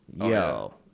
yo